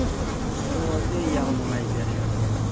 ꯑꯣ ꯑꯗꯨꯗꯤ ꯌꯥꯝ ꯅꯨꯡꯉꯥꯏꯖꯔꯦ